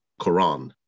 Quran